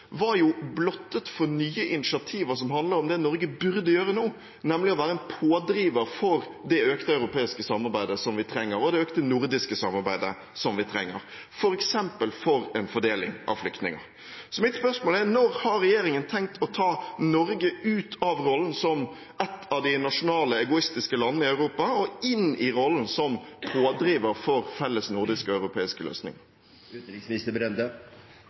var blottet for nye initiativer som handler om det som Norge burde gjøre nå, nemlig å være en pådriver for det økte europeiske samarbeidet som vi trenger, og det økte nordiske samarbeidet som vi trenger, f.eks. for en fordeling av flyktninger. Mitt spørsmål er: Når har regjeringen tenkt å ta Norge ut av rollen som et av de nasjonale, egoistiske landene i Europa og inn i rollen som pådriver for felles nordiske og europeiske